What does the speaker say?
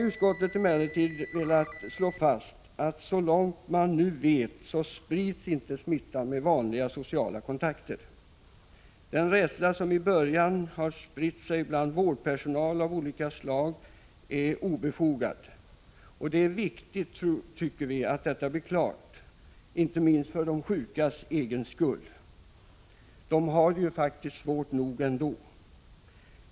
Utskottet har velat slå fast att smittan så långt man nu vet inte sprids genom vanliga sociala kontakter. Den rädsla som i början spred sig bland vårdpersonal av olika slag är obefogad. Det är viktigt, tycker vi, att detta blir klart - inte minst för de sjukas egen skull. De har det faktiskt svårt nog ändå.